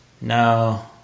No